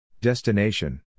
Destination